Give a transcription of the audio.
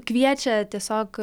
kviečia tiesiog